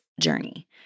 journey